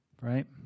right